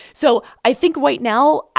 so i think right now,